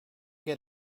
get